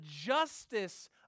justice